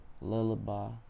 Lullaby